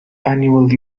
annual